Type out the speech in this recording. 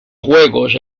juegos